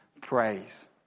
praise